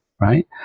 right